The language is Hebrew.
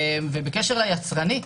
בקשר ליצרני,